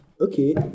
Okay